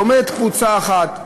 ועומדת קבוצה אחת אלימה,